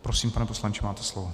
Prosím, pane poslanče, máte slovo.